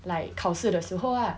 like 考试的时候 ah